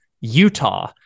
Utah